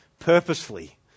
purposefully